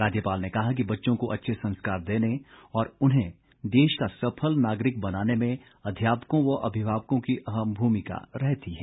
राज्यपाल ने कहा कि बच्चों को अच्छे संस्कार देने और उन्हें देश का सफल नागरिक बनाने में अध्यापकों व अभिभावकों की अहम भूमिका रहती है